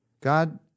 God